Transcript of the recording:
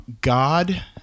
God